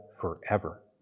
forever